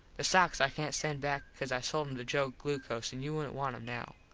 the sox i cant send back cause i sold em to joe glucos an you wouldnt want em now.